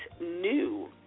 new